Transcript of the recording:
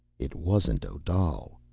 it wasn't odal!